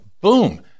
boom